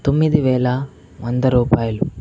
తొమ్మిది వేల వంద రూపాయలు